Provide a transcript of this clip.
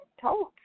told